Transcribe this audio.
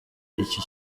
iki